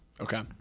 Okay